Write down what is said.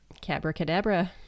Cabra-cadabra